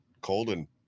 Colden